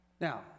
Now